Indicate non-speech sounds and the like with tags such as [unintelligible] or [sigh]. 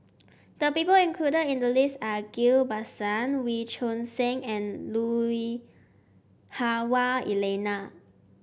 the people included in the list are Ghillie Basan Wee Choon Seng and Lui [unintelligible] Hah Wah Elena